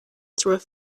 through